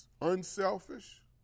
unselfish